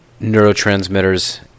neurotransmitters